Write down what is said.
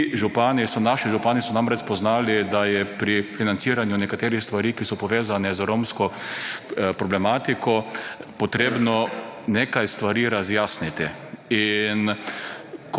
Ti župani so naši župani, so namreč spoznali, da je pri financiranju nekaterih stvari, ki so povezane z romsko problematiko potrebno nekaj stvari razjasniti.